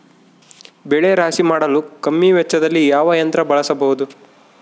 ಬೆಳೆ ರಾಶಿ ಮಾಡಲು ಕಮ್ಮಿ ವೆಚ್ಚದಲ್ಲಿ ಯಾವ ಯಂತ್ರ ಬಳಸಬಹುದು?